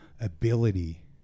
ability